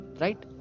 right